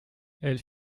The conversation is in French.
elle